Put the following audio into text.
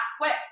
quick